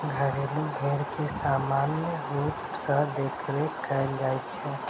घरेलू भेंड़ के सामान्य रूप सॅ देखरेख कयल जाइत छै